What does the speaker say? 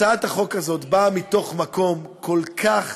הצעת החוק הזאת באה מתוך מקום כל כך